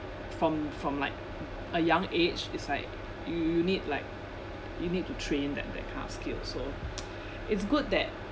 from from like a young age it's like you you need like you need to train that that kind of skill so it's good that